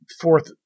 Fourth